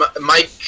Mike